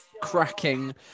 cracking